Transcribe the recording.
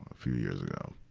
few years ago,